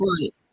Right